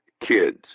kids